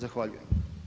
Zahvaljujem.